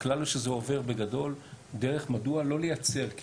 הכלל הוא שזה עובר בגדול דרך מדוע לא לייצר כי